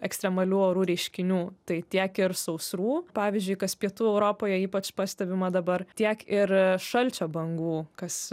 ekstremalių orų reiškinių tai tiek ir sausrų pavyzdžiui kas pietų europoje ypač pastebima dabar tiek ir šalčio bangų kas